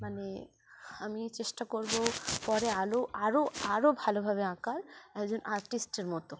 মানে আমি চেষ্টা করবো পরে আলো আরও আরও ভালোভাবে আঁকার একজন আর্টিস্টের মতো